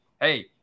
hey